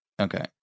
Okay